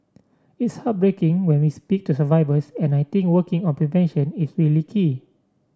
it's heartbreaking when we speak to survivors and I think working on prevention is really key